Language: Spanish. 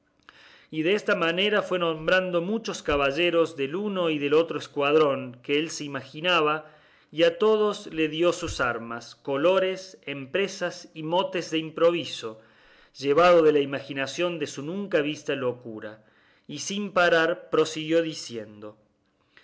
y desta manera fue nombrando muchos caballeros del uno y del otro escuadrón que él se imaginaba y a todos les dio sus armas colores empresas y motes de improviso llevado de la imaginación de su nunca vista locura y sin parar prosiguió diciendo